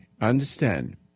understand